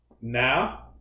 Now